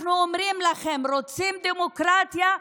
אנחנו אומרים לכם: רוצים דמוקרטיה,